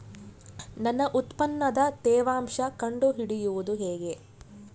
ನನ್ನ ಉತ್ಪನ್ನದ ತೇವಾಂಶ ಕಂಡು ಹಿಡಿಯುವುದು ಹೇಗೆ?